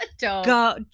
go